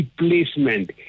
replacement